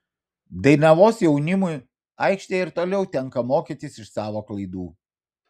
dainavos jaunimui aikštėje ir toliau tenka mokytis iš savo klaidų